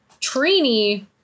Trini